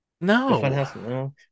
No